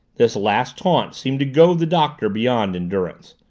this last taunt seemed to goad the doctor beyond endurance.